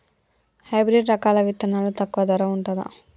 Hybrid రకాల విత్తనాలు తక్కువ ధర ఉంటుందా?